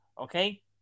okay